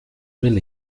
will